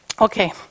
Okay